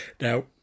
now